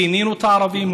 פינינו את הערבים,